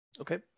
Okay